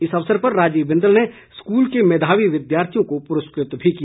इस अवसर पर राजीव बिंदल ने स्कूल के मेधावी विद्यार्थियों को पुरस्कृत भी किया